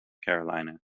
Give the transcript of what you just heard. carolina